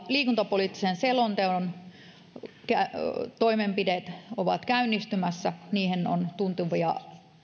liikuntapoliittisen selonteon toimenpiteet ovat käynnistymässä niihin on tuntuvia